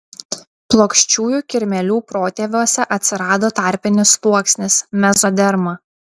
plokščiųjų kirmėlių protėviuose atsirado tarpinis sluoksnis mezoderma